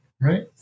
Right